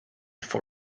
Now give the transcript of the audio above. for